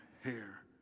hair